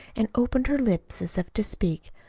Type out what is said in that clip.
and opened her lips as if to speak.